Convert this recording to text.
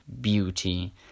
beauty